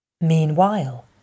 Meanwhile